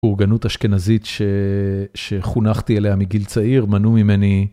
בורגנות אשכנזית שחונכתי אליה מגיל צעיר, מנעו ממני